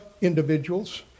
Individuals